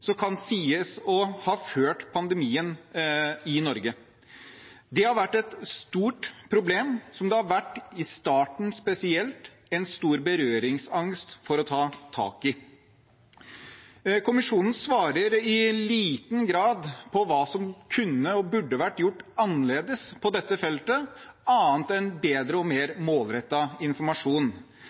sies å ha ført pandemien i Norge. Det har vært et stort problem som det – spesielt i starten – har vært en stor berøringsangst for å ta tak i. Kommisjonen svarer i liten grad på hva som kunne og burde vært gjort annerledes på dette feltet, annet enn bedre og mer målrettet informasjon.